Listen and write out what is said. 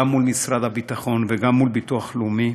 גם מול משרד הביטחון וגם מול הביטוח הלאומי,